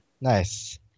Nice